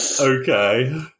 Okay